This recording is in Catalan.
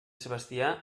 sebastià